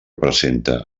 presenta